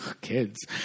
Kids